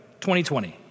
2020